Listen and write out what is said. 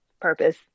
purpose